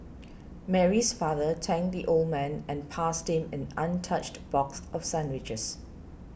Mary's father thanked the old man and passed him an untouched box of sandwiches